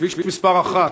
כביש מס' 1,